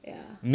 ya